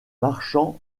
marchand